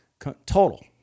total